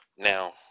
Now